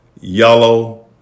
yellow